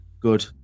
good